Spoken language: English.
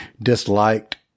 disliked